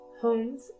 Homes